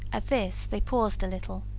at this they paused a little,